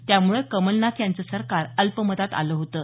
त्यामुळे कमलनाथ यांचं सरकार अल्पमतात आलं होतं